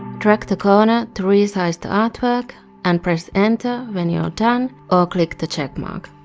drag the corner to resize the artwork and press enter, when you're done or click the checkmark.